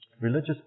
Religious